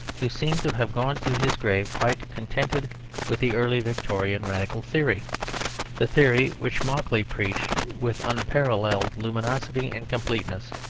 who seems to have gone to his grave quite contented with the early victorian radical theory the theory which macaulay preached with unparalleled luminosity and completeness